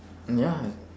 mm ya